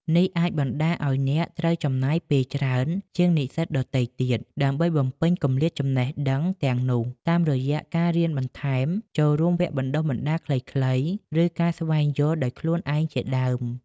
នេះអាចបណ្តាលឱ្យអ្នកត្រូវចំណាយពេលច្រើនជាងនិស្សិតដទៃទៀត ដើម្បីបំពេញគម្លាតចំណេះដឹងទាំងនោះ តាមរយៈការរៀនបន្ថែម ចូលរួមវគ្គបណ្តុះបណ្តាលខ្លីៗ ឬការស្វែងយល់ដោយខ្លួនឯងជាដើម។